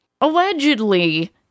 allegedly